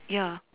ya